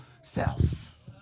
self